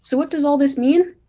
so what does all this mean?